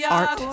art